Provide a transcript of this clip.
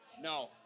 No